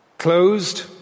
Closed